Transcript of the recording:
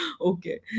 okay